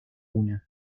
una